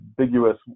ambiguous